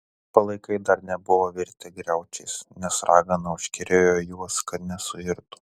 palaikai dar nebuvo virtę griaučiais nes ragana užkerėjo juos kad nesuirtų